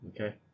okay